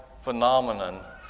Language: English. phenomenon